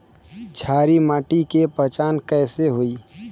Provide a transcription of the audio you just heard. क्षारीय माटी के पहचान कैसे होई?